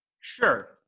Sure